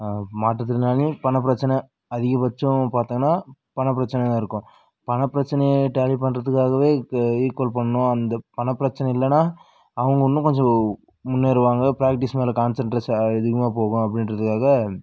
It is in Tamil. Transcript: மாற்றுத்திறனாளி பண பிரச்சனை அதிகபட்சம் பார்த்திங்கனா பண பிரச்சனையாக இருக்கும் பண பிரச்சனையை டேலி பண்ணுறதுக்காகவே ஈக்குவல் பண்ணும் அந்த பண பிரச்சனை இல்லைன்னா அவங்க இன்னும் கொஞ்சம் முன்னேறுவாங்க ப்ராக்ட்டிஸ் மேலே கான்சென்ட்ரேஷன் அதிகமாக போகும் அப்படின்றதுக்காக